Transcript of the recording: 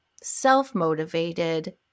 self-motivated